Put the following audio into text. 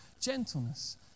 gentleness